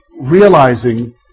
realizing